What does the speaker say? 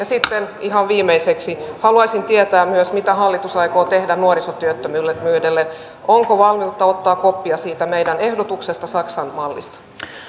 sitten ihan viimeiseksi haluaisin tietää myös mitä hallitus aikoo tehdä nuorisotyöttömyydelle onko valmiutta ottaa koppia siitä meidän ehdotuksestamme saksan mallista